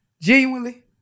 genuinely